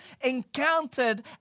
encountered